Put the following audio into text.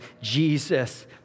Jesus